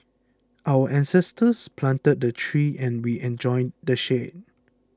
our ancestors planted the trees and we enjoy the shade